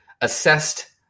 assessed